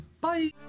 bye